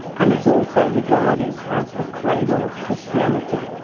and it's also regarded as the cradle of christianity.